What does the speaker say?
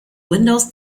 windows